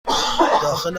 داخل